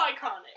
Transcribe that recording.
iconic